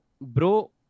bro